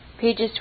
pages